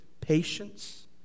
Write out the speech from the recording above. patience